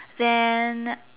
then